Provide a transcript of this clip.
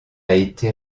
été